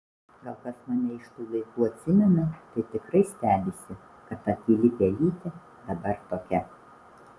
gal kas mane iš tų laikų atsimena tai tikrai stebisi kad ta tyli pelytė dabar tokia